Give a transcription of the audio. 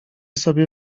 sobie